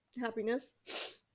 happiness